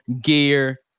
gear